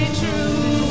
true